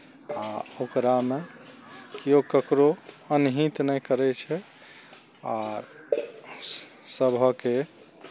आ ओकरामे कियो ककरो अनहित नहि करै छै आ सभके